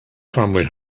family